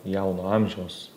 jauno amžiaus